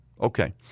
Okay